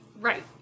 Right